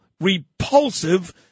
repulsive